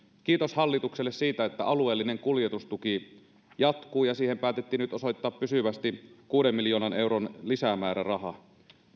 kiitos hallitukselle siitä että alueellinen kuljetustuki jatkuu ja siihen päätettiin nyt osoittaa pysyvästi kuuden miljoonan euron lisämääräraha